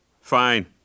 Fine